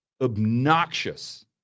obnoxious